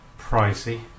pricey